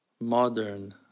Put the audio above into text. modern